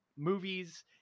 Movies